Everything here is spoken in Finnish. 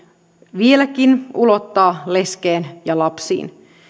vieläkin ulottaa leskeen ja lapsiin